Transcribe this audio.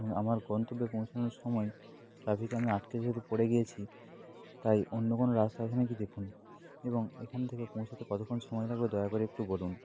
আমার গন্তব্যে পৌঁছানোর সময় ট্রাফিকে আমি আটকে যেহেতু পড়ে গিয়েছি তাই অন্য কোনও রাস্তা আছে নাকি দেখুন এবং এখান থেকে পৌঁছাতে কতক্ষণ সময় লাগবে দয়া করে একটু বলুন